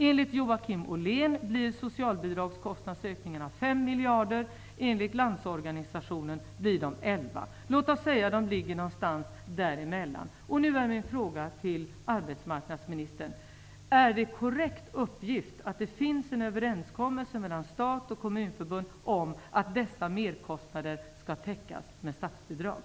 Enligt Joakim Ollén blir socialbidragskostnadsökningarna 5 miljarder, och enligt Landsorganisationen blir de 11 miljarder. Låt oss säga att de ligger någonstans däremellan. Är uppgiften att det finns en överenskommelse mellan staten och Kommunförbundet korrekt, och att den innebär att dessa merkostnader skall täckas med statsbidrag?